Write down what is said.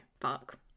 fuck